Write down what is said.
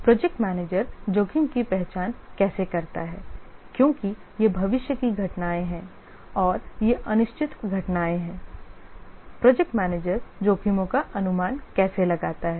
project manager जोखिम की पहचान कैसे करता है क्योंकि ये भविष्य की घटनाएं हैं और ये अनिश्चित घटनाएं हैं प्रोजेक्ट मैनेजर जोखिमों का अनुमान कैसे लगाता है